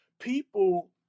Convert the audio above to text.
people